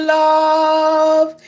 love